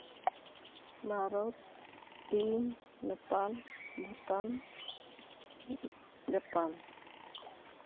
ᱵᱷᱟᱨᱚᱛ ᱪᱤᱱ ᱱᱮᱯᱟᱞ ᱵᱷᱩᱴᱟᱱ ᱡᱟᱯᱟᱱ